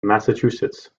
massachusetts